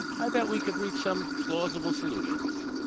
i bet we could reach some plausible solutions.